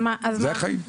זה החיים.